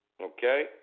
Okay